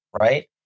right